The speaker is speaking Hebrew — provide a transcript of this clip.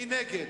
מי נגד?